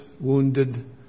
wounded